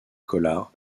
collard